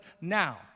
now